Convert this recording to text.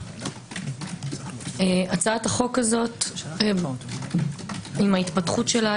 הצעת החוק הזאת עם ההתפתחות שלה,